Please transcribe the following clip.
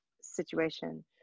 situation